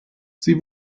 sie